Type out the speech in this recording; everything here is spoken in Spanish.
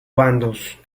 bandos